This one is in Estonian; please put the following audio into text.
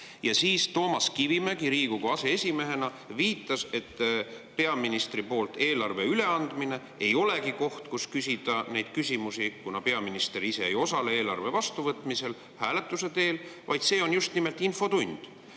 Toomas Kivimägi Riigikogu aseesimehena viitas, et peaministri poolt eelarve üleandmine ei olegi koht, kus küsida neid küsimusi, kuna peaminister ise ei osale eelarve vastuvõtmisel, selle hääletusel, vaid [küsimuste koht] on just nimelt infotund.